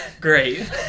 Great